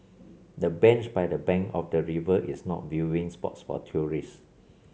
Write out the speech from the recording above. the bench by the bank of the river is not viewing spots for tourist